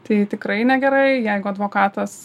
tai tikrai negerai jeigu advokatas